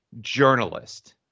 journalist